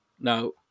Now